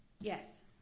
Yes